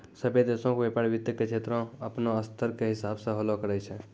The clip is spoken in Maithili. सभ्भे देशो के व्यपार वित्त के क्षेत्रो अपनो स्तर के हिसाबो से होलो करै छै